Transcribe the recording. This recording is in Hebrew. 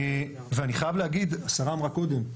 אני חייב להגיד, השרה אמרה קודם,